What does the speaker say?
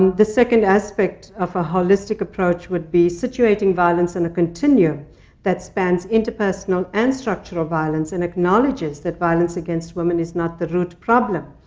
the second aspect of a holistic approach would be situating violence in a continuum that spans interpersonal and structural violence, and acknowledges that violence against women is not the root problem,